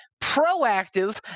proactive